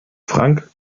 frank